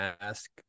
ask